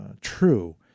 true